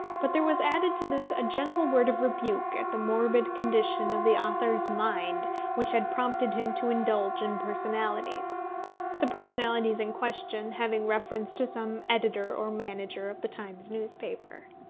but there was added to this a gentle word of rebuke at the morbid condition of the author's mind which had prompted him to indulge in personalities the personalities in question having reference to some editor or manager of the times newspaper.